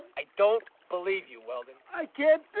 i don't believe you, weldon. i can't.